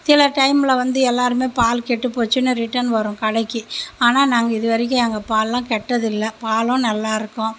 சில டைம்மில வந்து எல்லாருமே பால் கெட்டு போச்சுன்னு ரிட்டன் வரும் கடைக்கு ஆனால் நாங்கள் இது வரைக்கும் பால்லாம் கெட்டதில்லை பாலும் நல்லா இருக்கும்